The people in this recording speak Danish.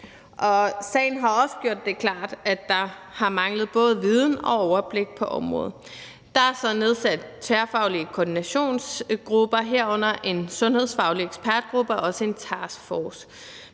Sagen har også gjort det klart, at der har manglet både viden og overblik på området. Der er så nedsat tværfaglige koordinationsgrupper, herunder en sundhedsfaglig ekspertgruppe og også en taskforce.